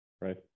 right